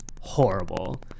horrible